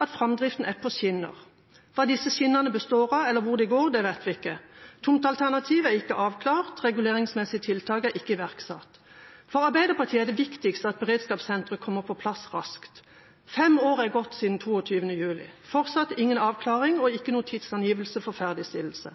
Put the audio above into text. at framdriften er på skinner. Hva disse skinnene består av, eller hvor de går, vet vi ikke. Tomtealternativ er ikke avklart, reguleringsmessige tiltak er ikke iverksatt. For Arbeiderpartiet er det viktigst at beredskapssenteret kommer på plass raskt. Fem år er gått siden 22. juli – fortsatt ingen avklaring og ikke noen tidsangivelse for ferdigstillelse.